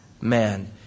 man